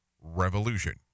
revolution